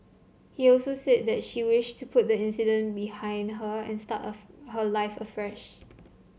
he also said that she wished to put the incident behind her and start a her life afresh